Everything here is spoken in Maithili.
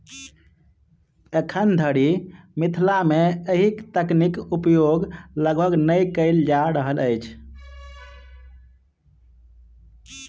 एखन धरि मिथिला मे एहि तकनीक उपयोग लगभग नै कयल जा रहल अछि